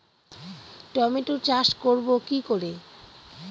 Tomato চাষ করব কি করে?